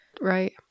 right